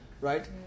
right